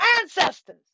ancestors